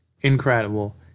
incredible